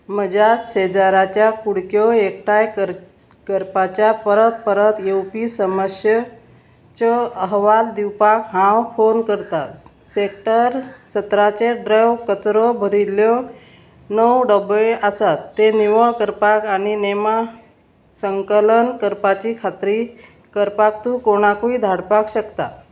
म्हज्या शेजाऱ्याच्या कुडक्यो एकठांय कर करपाच्या परत परत येवपी समश्यच्यो अहवाल दिवपाक हांव फोन करतां सेक्टर सतराचेर द्रव कचरो भरिल्ल्यो णव डब्बे आसात ते निवळ करपाक आनी नेमा संकलन करपाची खात्री करपाक तूं कोणाकूय धाडपाक शकता